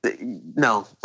No